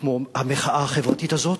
כמו המחאה החברתית הזאת,